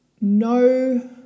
no